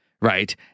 right